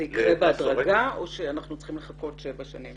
זה יקרה בהדרגה או שאנחנו צריכים לחכות שבע שנים?